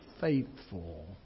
faithful